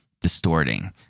distorting